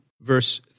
verse